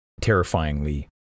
terrifyingly